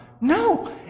No